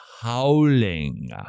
howling